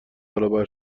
برابر